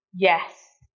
Yes